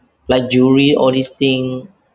like jewelry all these thing